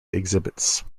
exhibits